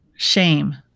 Shame